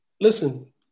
Listen